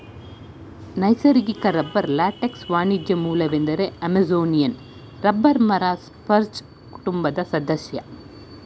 ನೈಸರ್ಗಿಕ ರಬ್ಬರ್ ಲ್ಯಾಟೆಕ್ಸ್ನ ವಾಣಿಜ್ಯ ಮೂಲವೆಂದರೆ ಅಮೆಜೋನಿಯನ್ ರಬ್ಬರ್ ಮರ ಸ್ಪರ್ಜ್ ಕುಟುಂಬದ ಸದಸ್ಯ